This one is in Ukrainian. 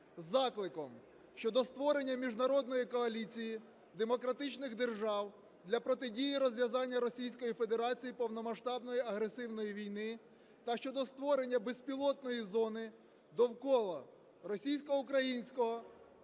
із закликом щодо створення міжнародної коаліції демократичних держав для протидії розв'язанню Російською Федерацією повномасштабної агресивної війни та щодо створення безпілотної зони довкола російсько-українського,